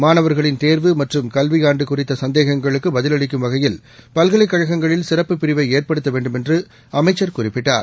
மாணவர்களின் தேர்வு மற்றும் கல்வியாண்டுகுறித்த் சந்தேகங்களுக்குபதிலளிக்கும் வகையில் பல்கலைக் கழகங்களில் சிறப்பு பிரிவைஏற்படுத்தவேண்டுமென்றுஅமைச்சர் குறிப்பிட்டார்